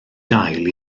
gael